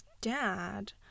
dad